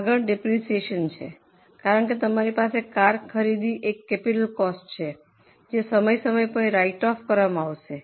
આગળ ડેપ્રિસિએશન છે કારણ કે તમારી પાસે કાર ખરીદી એક કેપિટલ કોસ્ટ છે જે સમય સમય પર રાઈટ ઑફ કરવામાં આવશે